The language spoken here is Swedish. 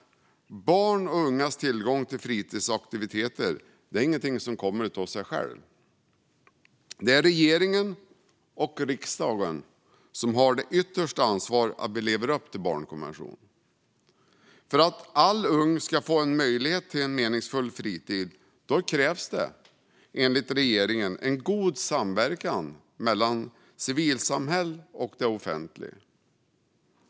Barns och ungas tillgång till fritidsaktiviteter är ingenting som kommer av sig självt. Det är regeringen och riksdagen som har det yttersta ansvaret för att vi lever upp till barnkonventionen. För att alla unga ska få möjlighet till en meningsfull fritid krävs det, enligt regeringen, en god samverkan mellan civilsamhället och det offentliga.